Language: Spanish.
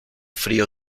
frío